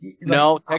No